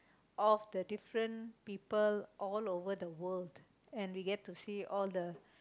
of the different people all over the world and we get to see all the